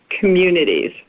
communities